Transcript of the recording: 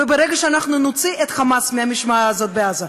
וברגע שאנחנו נוציא את "חמאס" מהמשוואה הזאת בעזה,